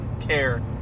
Care